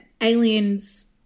aliens